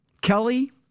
Kelly